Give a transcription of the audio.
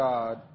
God